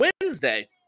Wednesday